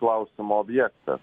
klausimo objektas